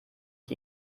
ich